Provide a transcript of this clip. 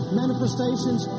manifestations